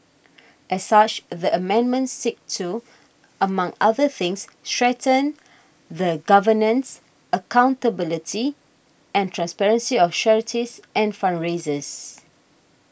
as such the amendments seek to among other things strengthen the governance accountability and transparency of charities and fundraisers